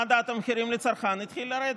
מדד המחירים לצרכן התחיל לרדת,